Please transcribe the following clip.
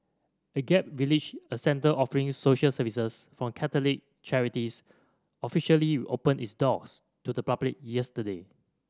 Agape Village a centre offering social services from Catholic charities officially opened its doors to the public yesterday